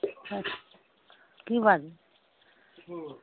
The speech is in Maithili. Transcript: की बाज